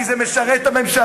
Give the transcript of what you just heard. כי זה משרת את הממשלה.